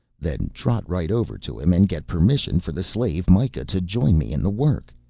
then trot right over to him and get permission for the slave mikah to join me in the work.